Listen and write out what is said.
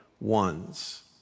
ones